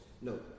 No